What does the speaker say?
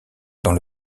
dans